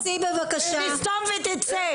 תסתום ותצא.